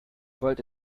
wollte